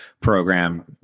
program